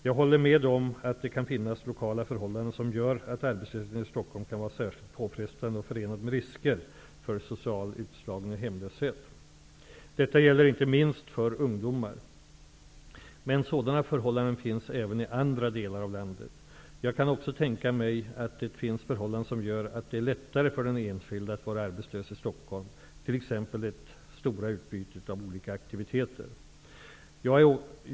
Jag håller med om att det kan finnas lokala förhållanden som gör att arbetslösheten i Stockholm kan vara särskilt påfrestande och förenat med risker för social utslagning och hemlöshet. Detta gäller inte minst för ungdomar. Men sådana förhållanden finns även i andra delar av landet. Jag kan också tänka mig att det finns förhållanden som gör att det är lättare för den enskilde att vara arbetslös i Stockholm t.ex. det stora utbytet av olika aktiviteter.